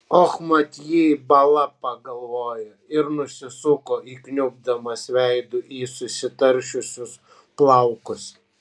och mat jį bala pagalvojo ir nusisuko įkniubdamas veidu į susitaršiusius plaukus